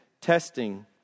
testing